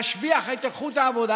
להשביח את איכות העבודה.